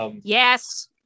Yes